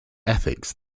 ethics